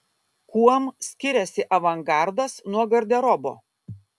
kuom skiriasi avangardas nuo garderobo